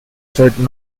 said